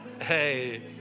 hey